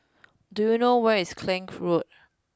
do you know where is Klang Road